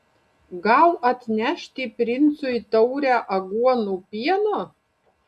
gal atnešti princui taurę aguonų pieno